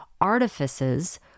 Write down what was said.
artifices